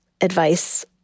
advice